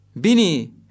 bini